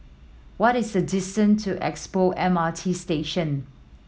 what is the distance to Expo M R T Station